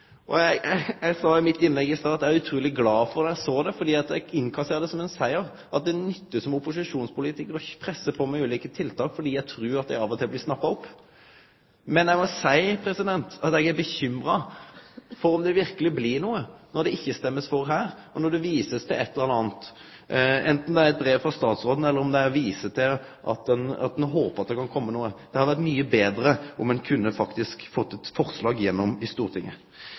Eg sa i innlegget mitt i stad at eg er utruleg glad for at eg no såg eit signal, for eg innkasserer det som ein siger at det som opposisjonspolitikar nyttar å presse på med ulike tiltak, eg trur at det av og til blir snappa opp. Men eg må seie at eg er bekymra for om det verkeleg blir noko av når det ikkje blir stemt for det her, og når det blir vist til eit eller anna, f.eks. eit brev frå statsråden, eller ein viser til at ein håper at det kan kome noko. Det hadde vore mykje betre om ein faktisk hadde fått eit forslag gjennom i Stortinget.